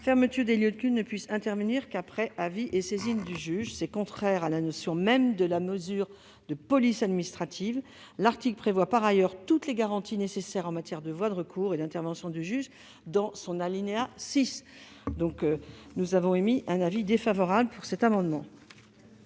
fermeture des lieux de culte ne puisse intervenir qu'après avis et saisine du juge : c'est contraire à la notion même de mesure de police administrative. L'article prévoit par ailleurs toutes les garanties nécessaires en matière de voies de recours et d'intervention du juge dans son alinéa 6. La commission a donc émis un avis défavorable sur cet amendement.